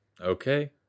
Okay